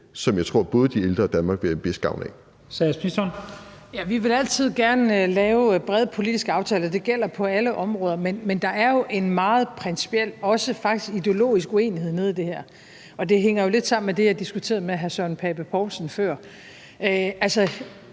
13:32 Statsministeren (Mette Frederiksen): Vi vil altid gerne lave brede politiske aftaler. Det gælder på alle områder. Men der er jo en meget principiel og faktisk også ideologisk uenighed nede i det her, og det hænger lidt sammen med det, jeg diskuterede med hr. Søren Pape Poulsen før.